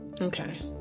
Okay